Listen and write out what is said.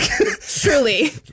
truly